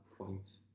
point